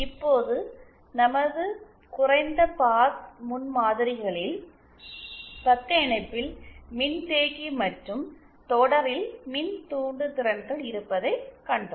இப்போது நமது குறைந்த பாஸ் முன்மாதிரிகளில் பக்க இணைப்பில் மின் தேக்கி மற்றும் தொடரில் மின்தூண்டுத்திறன்கள் இருப்பதைக் கண்டோம்